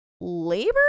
labor